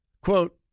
Quote